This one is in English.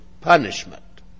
punishment